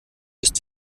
ist